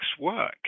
work